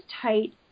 tight